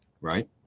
Right